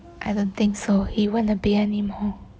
I don't think so he won't appear anymore